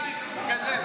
אתה יכול לצעוק.